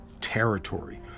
territory